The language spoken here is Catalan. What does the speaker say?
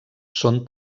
són